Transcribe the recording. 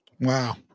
Wow